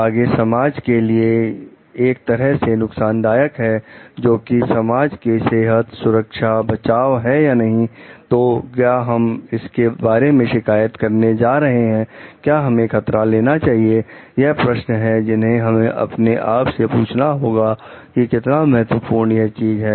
यह आगे समाज के लिए एक तरह से नुकसानदायक है जो कि समाज की सेहत सुरक्षा बचाव है या नहीं तो क्या हम इसके बारे में शिकायत करने जा रहे हैं क्या हमें खतरा लेना चाहिए यह प्रश्न है जिन्हें हमें अपने आप से पूछना होगा कि कितना महत्वपूर्ण यह चीज है